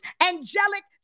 angelic